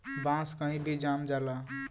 बांस कही भी जाम जाला